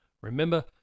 Remember